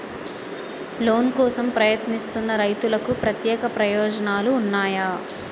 Loan కోసం ప్రయత్నిస్తున్న రైతులకు ప్రత్యేక ప్రయోజనాలు ఉన్నాయా?